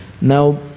now